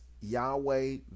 Yahweh